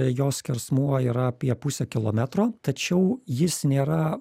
jo skersmuo yra apie pusę kilometro tačiau jis nėra